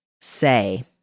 say